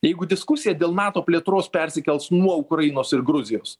jeigu diskusija dėl nato plėtros persikels nuo ukrainos ir gruzijos